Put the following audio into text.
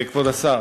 כבוד השר,